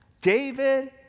David